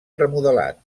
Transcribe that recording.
remodelat